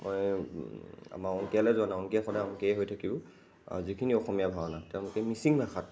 মই আমাৰ অংকীয়ালৈ যোৱা নাই অংকীয়া সদায় অংকীয়াই হৈ থাকিব আৰু যিখিনি অসমীয়া ভাওনা তেওঁলোকে মিচিং ভাষাত